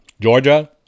Georgia